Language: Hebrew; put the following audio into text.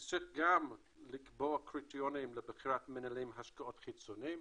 הוא צריך גם לקבוע קריטריונים לבחירת מנהלי השקעות חיצוניים.